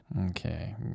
Okay